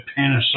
Panasonic